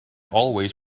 always